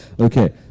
Okay